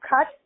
cut